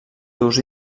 durs